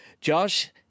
Josh